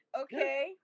Okay